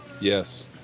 Yes